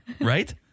right